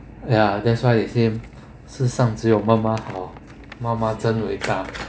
ya that's why they say 世上只有妈妈好妈妈真伟大